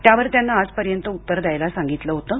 त्यावर त्यांना आजपर्यंत उत्तर द्यायला सांगितलं होतं